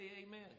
amen